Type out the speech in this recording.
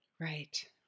Right